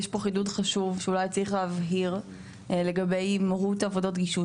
יש פה חידוד חשוב שהוא היה צריך להבהיר לגבי מהות עבודות גישוש.